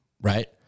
right